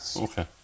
okay